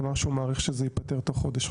אמר שהוא מעריך שזה ייפתר תוך חודש,